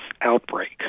outbreak